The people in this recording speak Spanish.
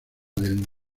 del